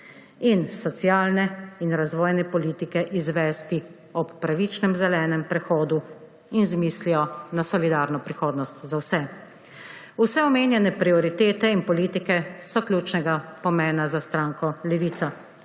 ter socialne in razvojne politike izvesti ob pravičnem zelenem prehodu in z mislijo na solidarno prihodnost za vse. Vse omenjene prioritete in politike so ključnega pomena za stranko Levica.